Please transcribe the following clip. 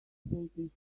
waiting